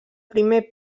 primer